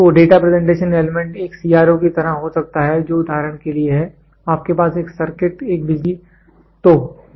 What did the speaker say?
तो data presentation element एक CRO की तरह हो सकता है जो उदाहरण के लिए है आपके पास एक सर्किट एक बिजली की आपूर्ति थी